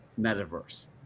Metaverse